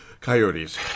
Coyotes